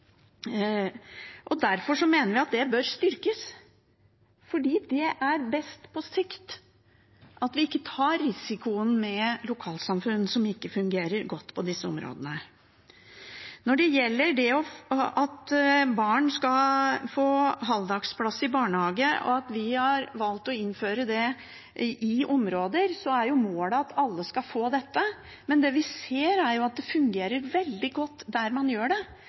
Derfor mener vi at det bør styrkes, fordi det er best på sikt – at vi ikke tar risikoen med lokalsamfunn som ikke fungerer godt på disse områdene. Når det gjelder det at barn skal få halvdagsplass i barnehage, og at vi har valgt å innføre det i noen områder, er målet at alle skal få dette. Men det vi ser, er at det fungerer veldig godt der man har det,